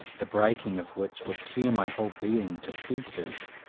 the breaking of which would tear my whole being to pieces.